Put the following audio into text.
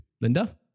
Linda